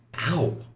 Ow